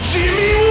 Jimmy